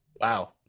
Wow